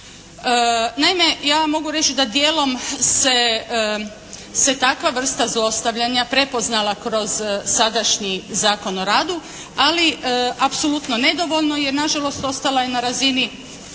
Naime, ja vam mogu reći da djelom se takva vrsta zlostavljanja prepoznala kroz sadašnji Zakon o radu, ali apsolutno nedovoljno jer nažalost, ostala je na razini